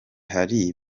hari